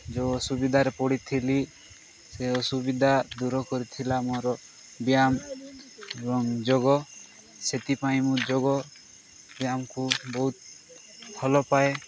ଯେଉଁ ଅସୁବିଧାରେ ପଡ଼ିଥିଲି ସେ ଅସୁବିଧା ଦୂର କରିଥିଲା ମୋର ବ୍ୟାୟାମ ଏବଂ ଯୋଗ ସେଥିପାଇଁ ମୁଁ ଯୋଗ ବ୍ୟାୟାମକୁ ବହୁତ ଭଲପାଏ